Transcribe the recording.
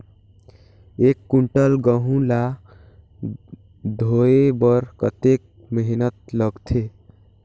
एक कुंटल गहूं ला ढोए बर कतेक मेहनत लगथे?